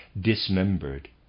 dismembered